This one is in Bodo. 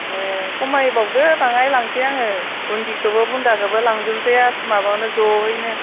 ए खमायबावदों बाङाय लांनोसै आङो बुन्दिखौबो बुन्दाखौबो लांजोबनोसै माबायावनो जयैनो